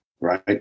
right